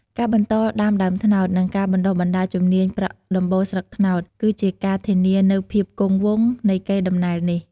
ការបន្តដាំដើមត្នោត និងការបណ្ដុះបណ្ដាលជំនាញប្រក់ដំបូលស្លឹកត្នោត គឺជាការធានានូវភាពគង់វង្សនៃកេរដំណែលនេះ។